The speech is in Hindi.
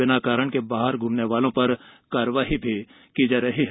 बिना कारण के बाहर घूमने वालों पर कार्रवाई की जा रही है